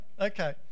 Okay